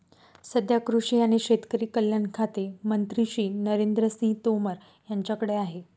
सध्या कृषी आणि शेतकरी कल्याण खाते मंत्री श्री नरेंद्र सिंह तोमर यांच्याकडे आहे